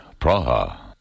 Praha